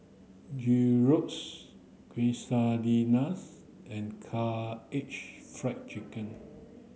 Gyros Quesadillas and Karaage Fried Chicken